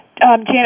Janet